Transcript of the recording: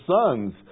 sons